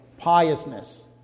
piousness